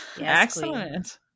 excellent